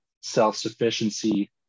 self-sufficiency